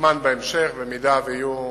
מוזמן בהמשך, אם יהיו